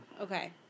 Okay